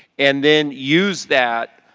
and then use that,